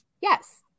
yes